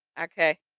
Okay